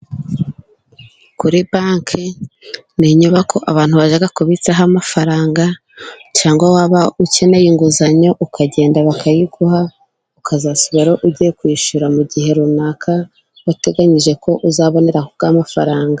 Kuri banki ni inyubako abantu bajya kubitsaho amafaranga, cyangwa waba ukeneye inguzanyo ,ukagenda bakayiguha, ukazasubirayo ugiye kwishyura mu gihe runaka wateganyije ko uzabonera ya mafaranga.